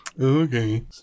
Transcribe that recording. Okay